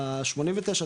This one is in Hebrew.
ה-89,